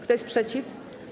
Kto jest przeciw?